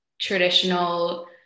traditional